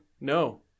No